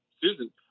Susan